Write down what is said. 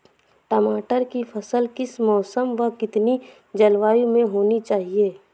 टमाटर की फसल किस मौसम व कितनी जलवायु में होनी चाहिए?